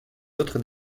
autres